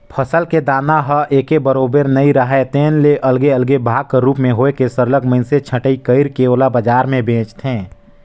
फसल के दाना ह एके बरोबर नइ राहय तेन ले अलगे अलगे भाग कर रूप में होए के सरलग मइनसे छंटई कइर के ओला बजार में बेंचथें